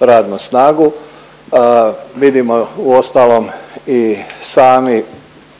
radnu snagu. Vidimo uostalom i sami,